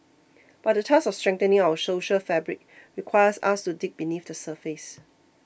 but the task of strengthening our social fabric requires us to dig beneath the surface